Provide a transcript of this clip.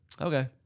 Okay